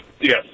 Yes